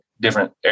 different